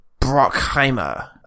Brockheimer